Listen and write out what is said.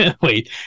Wait